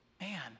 man